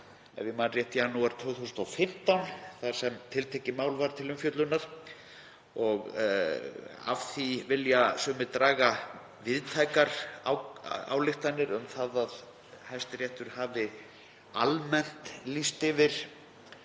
ef ég man rétt, þar sem tiltekið mál var til umfjöllunar. Af því vilja sumir draga víðtækar ályktanir um það að Hæstiréttur hafi almennt lýst yfir